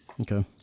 okay